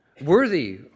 worthy